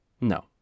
No